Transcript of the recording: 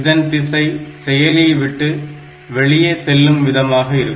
இதன் திசை செயலியை விட்டு வெளியே செல்லும் விதமாக இருக்கும்